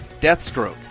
Deathstroke